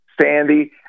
Sandy